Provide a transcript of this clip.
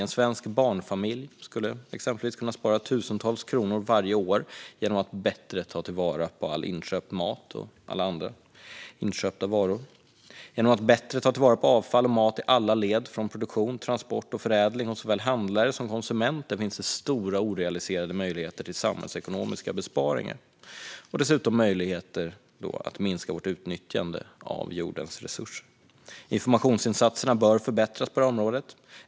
En svensk barnfamilj skulle exempelvis kunna spara tusentals kronor varje år genom att bättre ta vara på all inköpt mat och alla andra inköpta varor. Genom att bättre ta till vara avfall och mat i alla led från produktion, transport och förädling hos såväl handlare som konsumenter öppnas stora orealiserade möjligheter till samhällsekonomiska besparingar och dessutom möjligheter att minska vårt utnyttjande av jordens resurser. Informationsinsatserna bör förbättras på detta område.